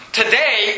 today